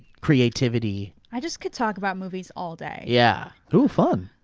creativity. i just could talk about movies all day. yeah. oo fun.